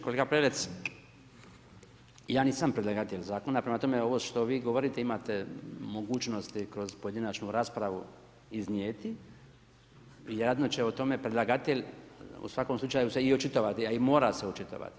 Kolega Prelec ja nisam predlagatelj zakona, prema tome ovo što vi govorite imate mogućnosti kroz pojedinačnu raspravu iznijeti i vjerojatno će o tome predlagatelj u svakom slučaju se i očitovati, a i mora se očitovati.